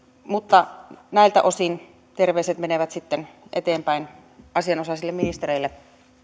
mutta näiltä osin terveiset menevät sitten eteenpäin asianosaisille ministereille